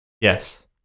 Yes